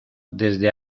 desde